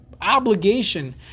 obligation